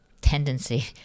tendency